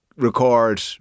Record